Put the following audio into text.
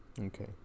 Okay